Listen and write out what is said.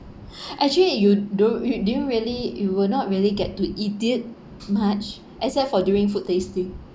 actually you don't you didn't really you will not really get to eat it much except for during food tasting